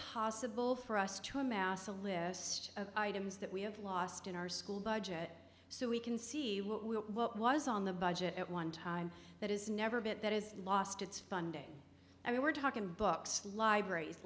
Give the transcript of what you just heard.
possible for us to amass a list of items that we have lost in our school budget so we can see what was on the budget one time that is never bit that is lost its funding i mean we're talking books libraries